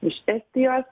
iš estijos